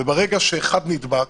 וברגע שאחד נדבק,